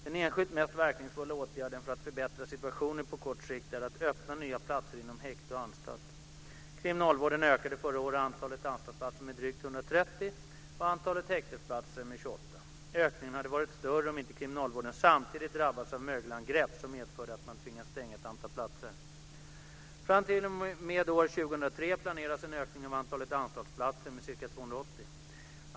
Den enskilt mest verkningsfulla åtgärden för att förbättra situationen på kort sikt är att öppna nya platser inom häkte och anstalt. Kriminalvården ökade under förra året antalet anstaltsplatser med drygt 130 och antalet häktesplatser med 28. Ökningen hade varit större om inte kriminalvården samtidigt drabbats av mögelangrepp som medförde att man tvingades stänga ett antal platser. Fram t.o.m. år 2003 planeras en ökning av antalet anstaltsplatser med ca 280.